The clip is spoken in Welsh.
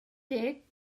deg